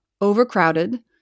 overcrowded